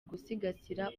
gusigasira